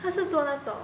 他是做那种